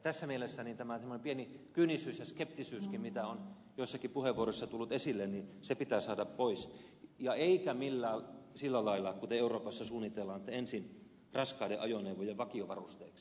tässä mielessä tämä pieni kyynisyys ja skeptisyyskin mitä on joissakin puheenvuoroissa tullut esille pitää saada pois eikä millään sillä lailla kuten euroopassa suunnitellaan että ensin raskaiden ajoneuvojen vakiovarusteeksi